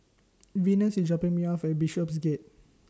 Venus IS dropping Me off At Bishopsgate